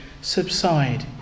subside